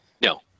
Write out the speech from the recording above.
no